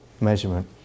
measurement